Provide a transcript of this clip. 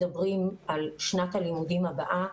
בשנת הלימודים הבאה